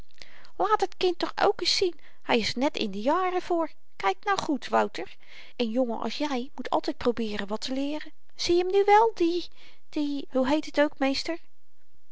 het kind toch ook ns zien hy is er net in de jaren voor kyk nu goed wouter een jongen als jy moet altyd probeeren wat te leeren zieje m nu wel die die hoe heet het ook meester